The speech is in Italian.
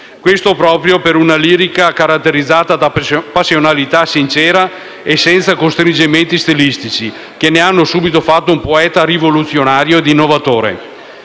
Questo proprio per una lirica caratterizzata da passionalità sincera e senza costringimenti stilistici, che ne hanno subito fatto un poeta rivoluzionario ed innovatore.